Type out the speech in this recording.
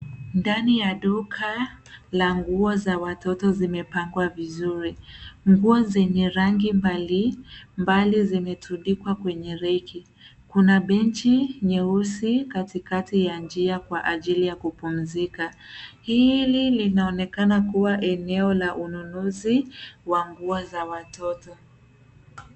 Ndani ya duka la nguo za watoto zimepangwa vizuri. Nguo zenye rangi mbalimbali zimetundikwa kwenye reki. Kuna benchi nyeusi, katikati ya njia kwa ajili ya kupumzika. Hili linaonekana kuwa eneo la ununuzi wa nuo za watoto.